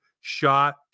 shot